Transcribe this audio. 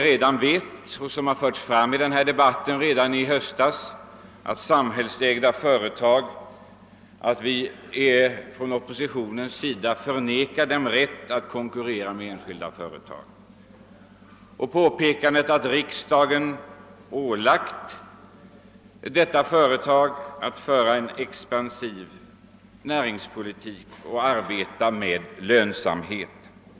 Redan i höstas sades i debatten att samhällsägda företag av oppositionen förvägras rätten att konkurrera med andra företag, och det påpekades att riksdagen hade ålagt Statsföretag att föra en expansiv näringspolitik och arbeta med lönsamhet.